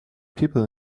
people